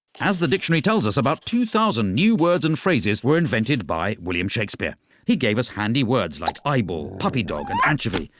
as the dictionary tells us, about two thousand new words and phrases were invented by william shakespeare he gave us handy words like eyeball puppy dog and anchovy,